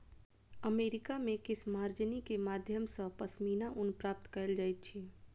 America मे केशमार्जनी के माध्यम सॅ पश्मीना ऊन प्राप्त कयल जाइत अछि